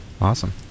Awesome